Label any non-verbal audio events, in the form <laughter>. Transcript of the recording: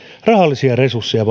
rahallisia resursseja <unintelligible>